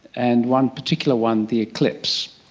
and one particular one, the eclipse.